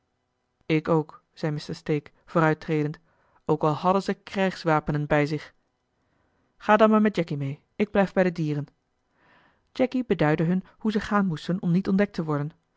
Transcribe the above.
ik ook zei mr stake vooruittredend ook al hadden ze krijgswapenen bij zich ga dan maar met jacky mee ik blijf bij de dieren jacky beduidde hun hoe ze gaan moesten om niet ontdekt te worden